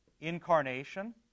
Incarnation